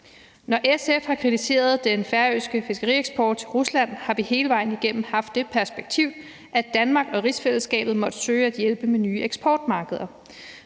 Når SF har kritiseret den færøske fiskerieksport til Rusland, har vi hele vejen igennem haft det perspektiv, at Danmark og rigsfællesskabet måtte søge at hjælpe med nye eksportmarkeder.